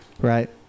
right